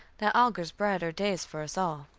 that augurs brighter days for us all.